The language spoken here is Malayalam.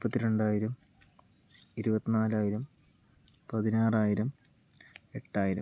മുപ്പത്തി രണ്ടായിരം ഇരുപത്തി നാലായിരം പതിനാറായിരം എട്ടായിരം